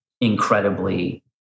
incredibly